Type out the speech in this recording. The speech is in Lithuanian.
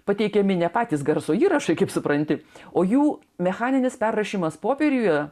pateikiami ne patys garso įrašai kaip supranti o jų mechaninis perrašymas popieriuje